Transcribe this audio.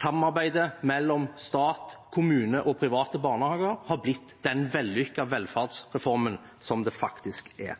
samarbeidet mellom stat, kommune og private barnehager har blitt den vellykkede velferdsreformen som det faktisk er.